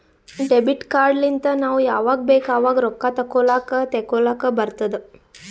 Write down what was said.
debit card ಲಿಂತ್ ನಾವ್ ಯಾವಾಗ್ ಬೇಕ್ ಆವಾಗ್ ರೊಕ್ಕಾ ತೆಕ್ಕೋಲಾಕ್ ತೇಕೊಲಾಕ್ ಬರ್ತುದ್